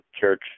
church